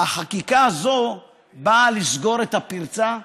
החקיקה הזאת באה לסגור את הפרצה,